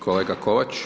Kolega Kovač,